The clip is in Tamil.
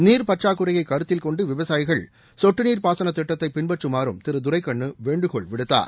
நீர்பற்றாக்குறையை கருத்தில் கொண்டு விவசாயிகள் கொட்டு நீர் பாசனத்திட்டத்தை பின்பற்றுமாறும் திரு துரைக்கண்ணு வேண்டுகோள் விடுத்தார்